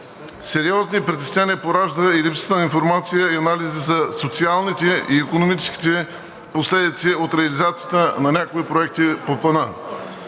Сериозни притеснения поражда и липсата на информация и анализи за социалните и икономическите последици от реализацията на някои проекти по плана.